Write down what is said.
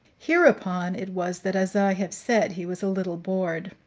hereupon it was that, as i have said, he was a little bored.